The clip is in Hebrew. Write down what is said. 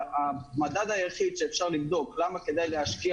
המדד היחיד שאפשר לבדוק למה כדאי להשקיע